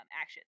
action